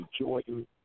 Jordan